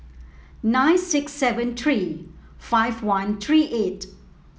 nine six seven three five one three eight